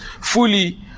fully